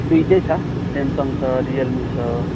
दुइवटै छ सेमसङ छ रियलमी छ